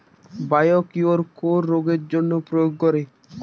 Biocure কোন রোগেরজন্য প্রয়োগ করে?